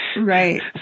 Right